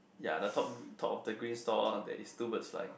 ya the top top of the green store there is two birds flying